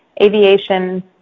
aviation